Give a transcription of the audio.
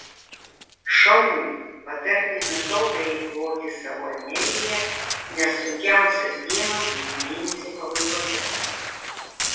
šauliui patartina taupiai eikvoti savo energiją nes sunkiausios dienos bus mėnesio pabaigoje